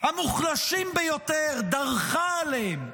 המוחלשים ביותר, דרכה עליהם,